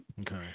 Okay